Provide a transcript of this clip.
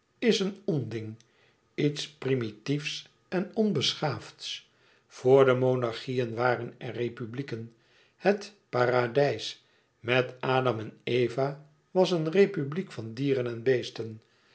is een onding iets primitiefs en onbeschaafds vor de monarchieën waren er republieken het paradijs met adam en eva was een republiek van dieren en beesten